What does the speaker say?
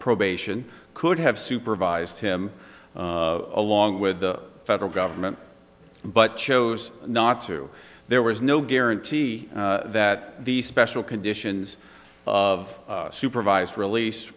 probation could have supervised him along with the federal government but chose not to there was no guarantee that the special conditions of supervised release